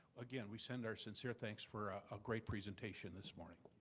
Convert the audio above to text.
again we send our sincere thanks for a great presentation this morning.